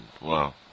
wow